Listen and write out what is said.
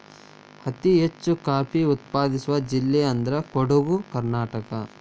ಅತಿ ಹೆಚ್ಚು ಕಾಫಿ ಉತ್ಪಾದಿಸುವ ಜಿಲ್ಲೆ ಅಂದ್ರ ಕೊಡುಗು ಕರ್ನಾಟಕ